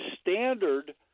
standard